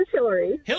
Hillary